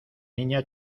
niña